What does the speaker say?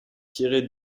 tirée